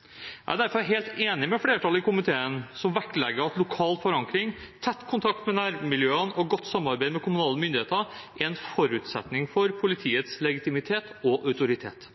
Jeg er derfor helt enig med flertallet i komiteen, som vektlegger at lokal forankring, tett kontakt med nærmiljøene og godt samarbeid med kommunale myndigheter er en forutsetning for politiets legitimitet og autoritet.